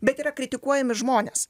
bet yra kritikuojami žmonės